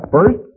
First